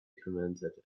commented